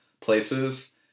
places